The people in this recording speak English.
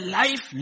life